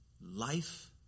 life